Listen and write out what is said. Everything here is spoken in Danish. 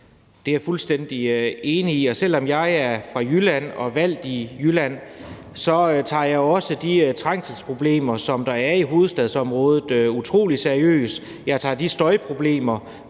Det er jeg fuldstændig enig i, og selv om jeg er fra Jylland og valgt i Jylland, tager jeg jo også de trængselsproblemer, som der er i hovedstadsområdet, utrolig seriøst. Jeg tager de støjproblemer